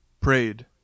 prayed